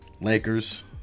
Lakers